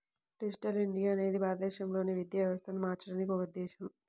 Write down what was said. digital India అనేది భారతదేశంలోని విద్యా వ్యవస్థను మార్చడానికి ఒక ఉద్ధేశం